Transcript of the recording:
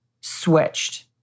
switched